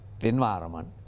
environment